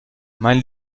mein